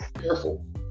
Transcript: careful